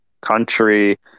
country